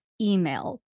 email